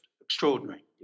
extraordinary